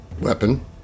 weapon